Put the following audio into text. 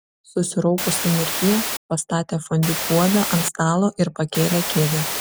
susiraukusi mirtie pastatė fondiu puodą ant stalo ir pakėlė kėdę